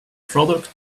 product